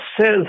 says